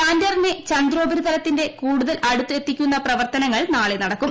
ലാൻഡറിനെ ചന്ദ്രോപരിതലത്തിന്റെ കൂടുതൽ അടുത്ത് എത്തിക്കുന്ന പ്രവർത്തനങ്ങൾ നാളെ നടക്കും